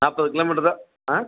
நாற்பது கிலோமீட்டர் தான்